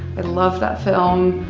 and love that film,